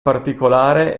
particolare